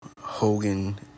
Hogan